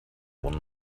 one